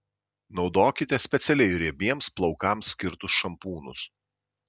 naudokite specialiai riebiems plaukams skirtus šampūnus